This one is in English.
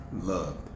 loved